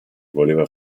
voleva